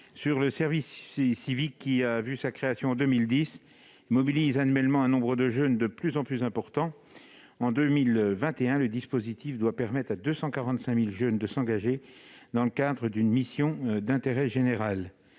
le service civique mobilise annuellement un nombre de jeunes de plus en plus important. En 2021, le dispositif doit permettre à 245 000 jeunes de s'engager dans le cadre d'une mission d'intérêt général.